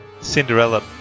Cinderella